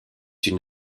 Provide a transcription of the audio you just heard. une